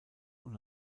und